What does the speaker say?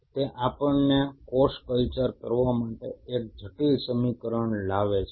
તે આપણને કોષ કલ્ચર કરવા માટે એક જટિલ સમીકરણ લાવે છે